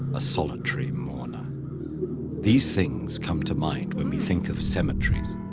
a solitary mourner these things come to mind when we think of cemeteries.